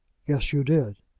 yes, you did.